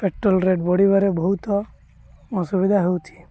petrol rate ବଢ଼ିବାରେ ବହୁତ ଅସୁବିଧା ହେଉଛି